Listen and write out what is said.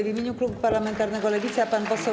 W imieniu klubu parlamentarnego Lewica pan poseł.